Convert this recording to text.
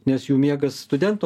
nes jų miegas studento